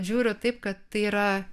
žiūriu taip kad tai yra